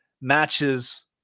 matches